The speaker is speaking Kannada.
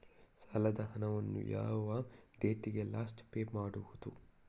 ಸಾಲದ ಹಣವನ್ನು ಯಾವ ಡೇಟಿಗೆ ಲಾಸ್ಟ್ ಪೇ ಮಾಡುವುದು?